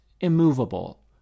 immovable